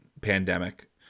pandemic